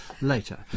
later